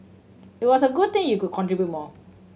it was a good thing you could contribute more